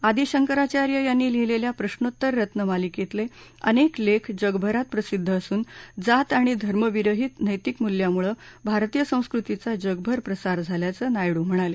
आदी शंकराचार्य यांनी लिहीलेल्या प्रशोत्तर रत्नमालिकेतले अनेक लेख जगभरात प्रसिद्ध असून जात आणि धर्मविरहीत नैतिक मूल्यांमुळे भारतीय संस्कृतीचा जगभर प्रसार झाल्याचं नायडू म्हणाले